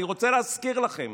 אני רוצה להזכיר לכם